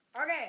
Okay